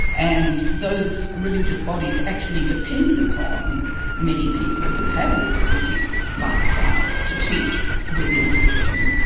and those religious bodies actually depend upon many people who have alternative lifestyles to teach within the system.